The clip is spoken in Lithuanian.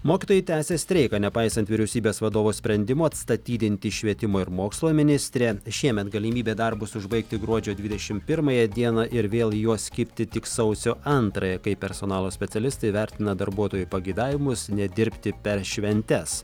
mokytojai tęsia streiką nepaisant vyriausybės vadovo sprendimo atstatydinti švietimo ir mokslo ministrė šiemet galimybė darbus užbaigti gruodžio dvidešimt pirmąją dieną ir vėl į juos kibti tik sausio antrąją kai personalo specialistai vertina darbuotojų pageidavimus nedirbti per šventes